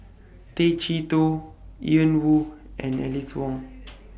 Tay Chee Toh Ian Woo and Alice Ong